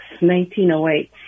1908